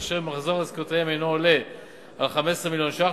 אשר מחזור עסקותיהם אינו עולה על 15 מיליון שקלים,